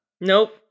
Nope